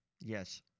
Yes